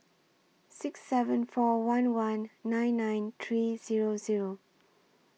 six seven four one one nine nine three Zero Zero